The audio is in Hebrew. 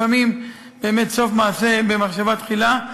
לפעמים באמת סוף מעשה במחשבה תחילה,